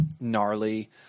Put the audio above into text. gnarly